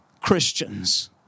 Christians